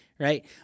right